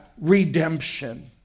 redemption